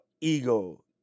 ego